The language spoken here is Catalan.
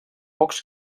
pocs